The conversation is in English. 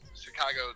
chicago